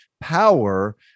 power